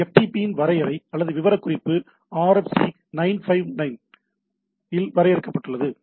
FTP இன் வரையறை அல்லது விவரக்குறிப்பு RFC959 இல் வரையறுக்கப்பட்டுள்ளது